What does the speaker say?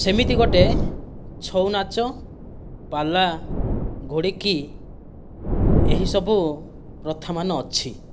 ସେମିତି ଗୋଟିଏ ଛଉ ନାଚ ପାଲା ଘୋଡ଼ିକି ଏହି ସବୁ ପ୍ରଥାମାନ ଅଛି